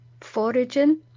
foraging